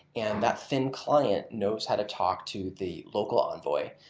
and that thin client knows how to talk to the local envoy.